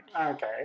Okay